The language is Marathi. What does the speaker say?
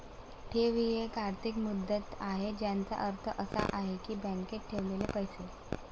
ठेव ही एक आर्थिक मुदत आहे ज्याचा अर्थ असा आहे की बँकेत ठेवलेले पैसे